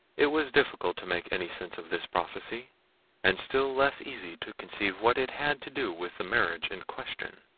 it was difficult to make any sense of this prophecy and still less easy to conceive what it had to do with the marriage in question.